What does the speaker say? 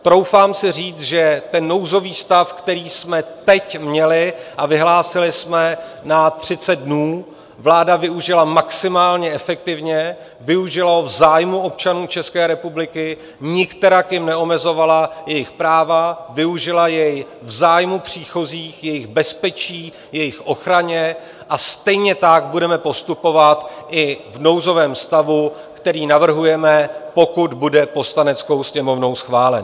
Troufám si říct, že ten nouzový stav, který jsme teď měli a vyhlásili jsme na 30 dnů, vláda využila maximálně efektivně, využila ho v zájmu občanů České republiky, nikterak jim neomezovala jejich práva, využila jej v zájmu příchozích, jejich bezpečí, jejich ochrany a stejně tak budeme postupovat i v nouzovém stavu, který navrhujeme, pokud bude Poslaneckou sněmovnou schválen.